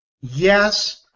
yes